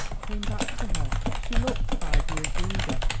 came back to her she looked five years younger.